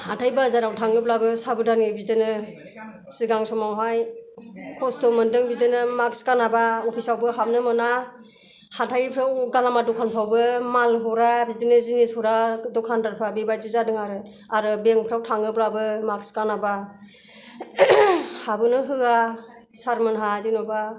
हाथाय बाजाराव थाङोब्लाबो साबोदानै बिदिनो सिगां समावहाय खस्थ' मोनदों बिदिनो मास्क गानाबा अफिसावबो हाबनो मोना हाथायफ्राव गालामाल दखानफ्रावबो माल हरा बिदिनो जिनिस हरा दखानदारफ्रा बेबायदि जादों आरो आरो बेंकफ्राव थाङोब्लाबो मास्क गानाबा हाबनो होया सारमोना जेन'बा